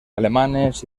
alemanes